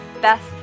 best